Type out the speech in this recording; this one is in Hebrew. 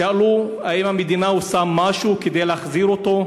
שאלו: האם המדינה עושה משהו כדי להחזיר אותו?